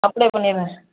apply பண்ணிடலாம் sir